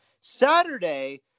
Saturday